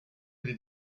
did